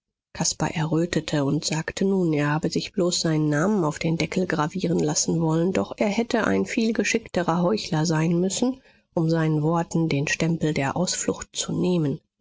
caspar errötete und sagte nun er habe sich bloß seinen namen auf den deckel gravieren lassen wollen doch er hätte ein viel geschickterer heuchler sein müssen um seinen worten den stempel der ausflucht zu nehmen